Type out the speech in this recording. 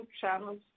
channels